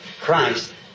Christ